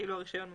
הרישיון ממשיך.